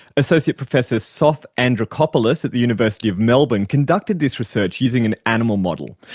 associate professor sof andrikopoulos at the university of melbourne conducted this research using an animal model.